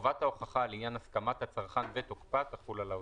חובת ההוכחה לעניין הסכמת הצרכן ותוקפה תחול על העוסק."